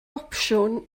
opsiwn